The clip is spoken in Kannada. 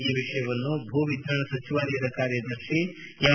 ಈ ವಿಷಯವನ್ನು ಭೂ ವಿಜ್ಞಾನ ಸಚಿವಾಲಯದ ಕಾರ್ಯದರ್ಶಿ ಎಂ